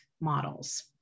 models